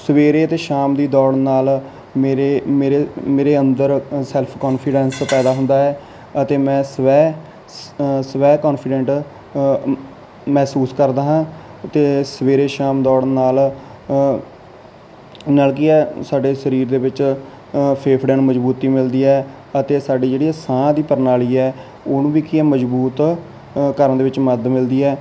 ਸਵੇਰੇ ਅਤੇ ਸ਼ਾਮ ਦੀ ਦੌੜ ਨਾਲ ਮੇਰੇ ਮੇਰੇ ਮੇਰੇ ਅੰਦਰ ਅ ਸੈਲਫ ਕੋਨਫੀਡੈਂਸ ਪੈਦਾ ਹੁੰਦਾ ਹੈ ਅਤੇ ਮੈਂ ਸਵੈ ਸ ਸਵੈ ਕੋਨਫੀਡੈਂਟ ਅ ਮਹਿਸੂਸ ਕਰਦਾ ਹਾਂ ਅਤੇ ਸਵੇਰੇ ਸ਼ਾਮ ਦੌੜਨ ਨਾਲ ਨਾਲ ਕੀ ਆ ਸਾਡੇ ਸਰੀਰ ਦੇ ਵਿੱਚ ਅ ਫੇਫੜਿਆਂ ਨੂੰ ਮਜਬੂਤੀ ਮਿਲਦੀ ਹੈ ਅਤੇ ਸਾਡੀ ਜਿਹੜੀ ਹੈ ਸਾਹ ਦੀ ਪ੍ਰਣਾਲੀ ਹੈ ਉਹਨੂੰ ਵੀ ਕੀ ਆ ਮਜਬੂਤ ਅ ਕਰਨ ਦੇ ਵਿੱਚ ਮਦਦ ਮਿਲਦੀ ਹੈ